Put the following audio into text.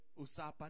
usapan